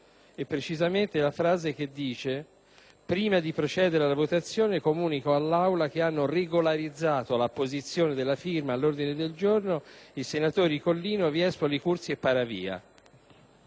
e precisamente la seguente: «Prima di procedere alla votazione, comunico all'Aula che hanno regolarizzato l'apposizione della firma all'ordine del giorno i senatori Collino, Viespoli, Cursi e Paravia ».